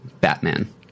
Batman